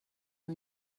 her